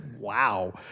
Wow